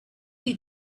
you